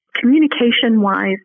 communication-wise